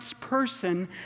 person